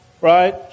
right